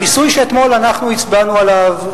המיסוי שאנחנו אתמול הצבענו עליו,